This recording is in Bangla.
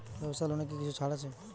ব্যাবসার লোনে কি কিছু ছাড় আছে?